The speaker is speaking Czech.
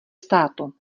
státu